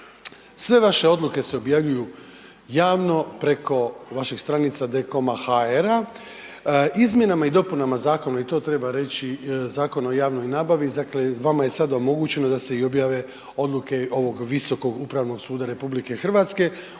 Sve vaše odluke se objavljuju javno preko vaših stranica dkom.hr. Izmjenama i dopunama Zakona o javnoj nabavi, dakle vama je sad omogućeno da se i objave odluke ovog Visokog upravnog suda RH u sporovima